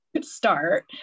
start